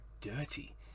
dirty